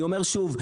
אני אומר שוב,